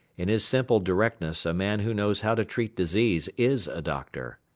in his simple directness a man who knows how to treat disease is a doctor.